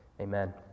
Amen